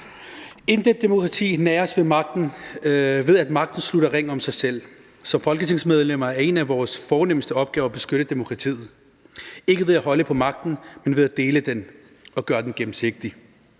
Intet demokrati næres ved magten, ved, at magten slutter ring om sig selv, så som folketingsmedlemmer er en af vores fornemste opgaver at beskytte demokratiet. Det er ikke ved at holde på magten, men ved at dele den og gøre den gennemsigtig.